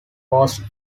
was